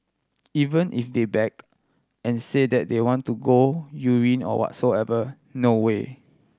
even if they beg and say that they want to go urine or whatsoever no way